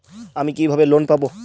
আমি কিভাবে লোন পাব?